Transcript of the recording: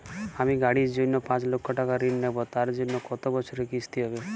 আমি গাড়ির জন্য পাঁচ লক্ষ টাকা ঋণ নেবো তার জন্য কতো বছরের কিস্তি হবে?